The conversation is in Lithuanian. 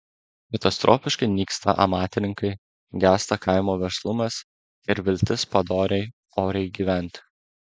katastrofiškai nyksta amatininkai gęsta kaimo verslumas ir viltis padoriai oriai gyventi